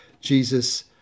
Jesus